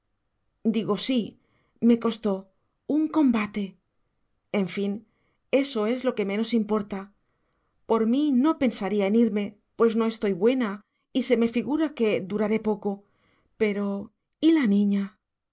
digo sí me costó un un combate en fin eso es lo que menos importa por mí no pensaría en irme pues no estoy buena y se me figura que duraré poco pero y la niña la